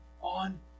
on